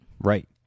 Right